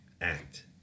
Act